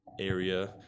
area